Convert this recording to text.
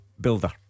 builder